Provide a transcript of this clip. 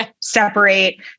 separate